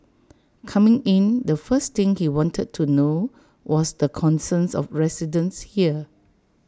coming in the first thing he wanted to know was the concerns of residents here